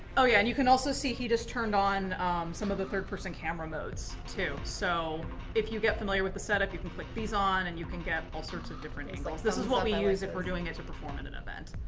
oh, yeah. and you can also see he just turned on some of the third person camera modes too. so if you get familiar with the setup, you can click these on, and you can get all sorts of different angles. this is what we use if we're doing it to perform at an event.